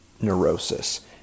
neurosis